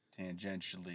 tangentially